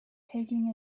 taking